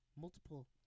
Multiple